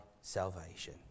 salvation